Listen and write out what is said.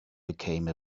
became